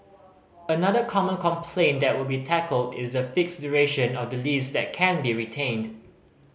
another common complaint that would be tackled is the fixed duration of the lease that can be retained